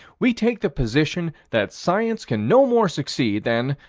we take the position that science can no more succeed than,